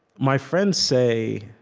my friends say,